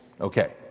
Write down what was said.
Okay